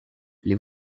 les